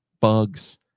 bugs